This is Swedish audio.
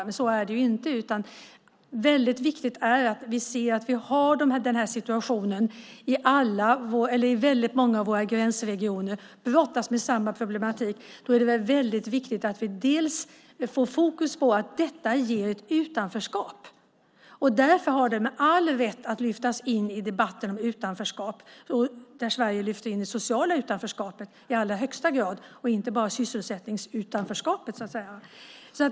Så är det inte. Det är viktigt att se att vi har den här situationen i väldigt många gränsregioner, där man brottas med samma problematik. Då är det viktigt att vi får fokus på att det kan bidra till utanförskap. Därför kan frågan med all rätt lyftas in i debatten om utanförskap, där Sverige i allra högsta grad lyfter fram det sociala utanförskapet och inte bara sysselsättningsutanförskapet.